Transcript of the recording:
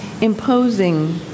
imposing